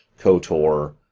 KOTOR